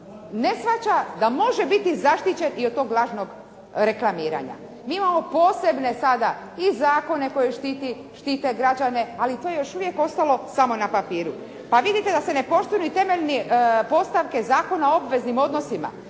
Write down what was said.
ne shvaća da može biti zaštićen i od tog lažnog reklamiranja. Mi imamo posebne sada i zakone koji štite građane, ali to je još uvijek ostalo samo na papiru. Pa vidite da se ne poštuju ni temeljne postavke Zakona o obveznim odnosima